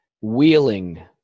Wheeling